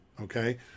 Okay